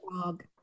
dog